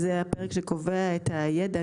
זה הפרק שקובע את הידע,